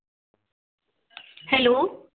hello